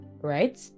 right